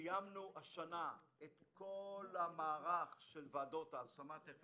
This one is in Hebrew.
סיימנו השנה את כל המערך של ועדות ההשמה תיכף